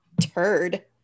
turd